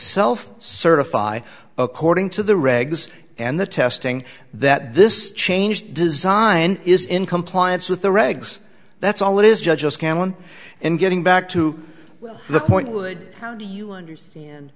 self certify according to the regs and the testing that this change designed is in compliance with the regs that's all it is just can one and getting back to the point would how do you understand